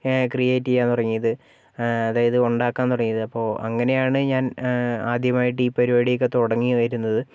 create ചെയ്യാൻ തുടങ്ങിയത് അതായത് ഉണ്ടാക്കാൻ തുടങ്ങിയത് അപ്പോൾ അങ്ങനെയാണ് ഞാൻ ആദ്യമായിട്ട് ഈ പരിപാടിയൊക്കെ തുടങ്ങി വരുന്നത്